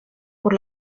por